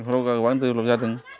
बेफोराव जोंहा गोबां देभेलप्त जादों